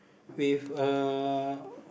with uh